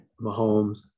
mahomes